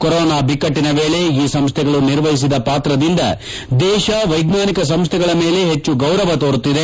corona ಬಿಕ್ಕಟ್ಲಿನ ವೇಳೆ ಈ ಸಂಸ್ಥೆಗಳು ನಿರ್ವಹಿಸಿದ ಪಾತ್ರದಿಂದ ದೇತ ವ್ಲೆಜ್ಞಾನಿಕ ಸಂಸ್ಥೆಗಳ ಮೇಲೆ ಹೆಚ್ಚು ಗೌರವ ತೊರುತ್ತಿದೆ